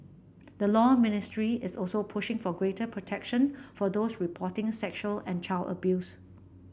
the Law Ministry is also pushing for greater protection for those reporting sexual and child abuse